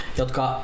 jotka